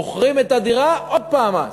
מוכרים את הדירה, עוד פעם מס.